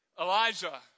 Elijah